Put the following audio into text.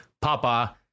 Papa